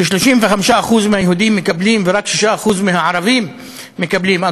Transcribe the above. ש-35% מהיהודים מקבלים ורק 6% מהערבים מקבלים,